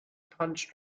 punch